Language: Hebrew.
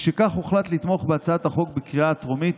משכך, הוחלט לתמוך בהצעת החוק בקריאה הטרומית,